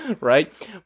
right